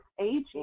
aging